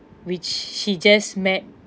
which she just met